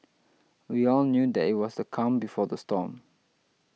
we all knew that it was the calm before the storm